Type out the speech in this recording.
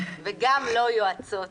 וגם לא יועצות.